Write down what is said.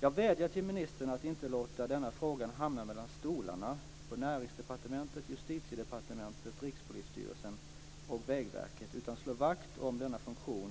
Jag vädjar till ministern att inte låta denna fråga hamna mellan stolarna på Näringsdepartementet, Justitiedepartementet, Rikspolisstyrelsen och Vägverket, utan slå vakt om denna funktion